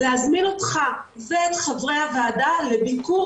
להזמין אותך ואת חברי הוועדה לביקור